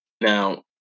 Now